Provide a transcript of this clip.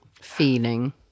Feeling